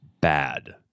bad